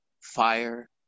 fire